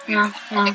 ah ah